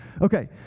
Okay